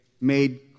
made